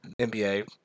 NBA